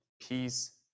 peace